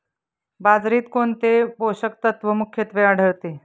बाजरीत कोणते पोषक तत्व मुख्यत्वे आढळते?